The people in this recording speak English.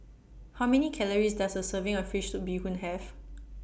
How Many Calories Does A Serving of Fish Soup Bee Hoon Have